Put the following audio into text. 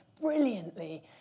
brilliantly